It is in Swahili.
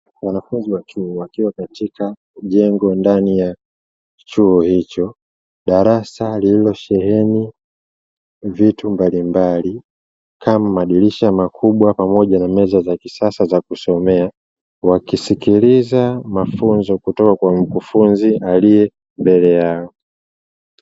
Wanafunzi wa chuo wakiwa katika jengo ndani ya chuo hicho, darasa lililosheheni vitu mbalimbali kama madirisha makubwa pamoja na meza za kisasa za kusomea; wakisikiliza mafunzo kutoka kwa mkufunzi aliye mbele yao.